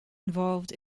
involved